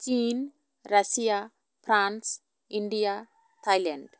ᱪᱤᱱ Russia France India Thailand